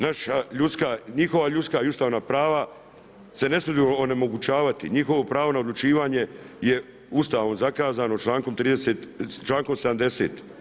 Njihova ljudska i ustavna prava se ne smiju onemogućavati, njihovo prava na odlučivanje je Ustavom zakazano, člankom 70.